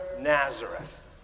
Nazareth